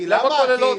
למה כוללות?